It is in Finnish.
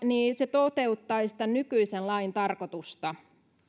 toteuttaisi tämän nykyisen lain tarkoitusta